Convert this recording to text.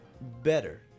better